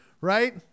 right